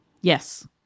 Yes